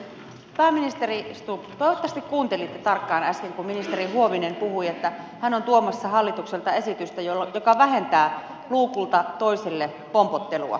pääministeri stubb toivottavasti kuuntelitte tarkkaan äsken kun ministeri huovinen puhui että hän on tuomassa hallitukselta esityksen joka vähentää luukulta toiselle pompottelua